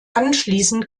anschließend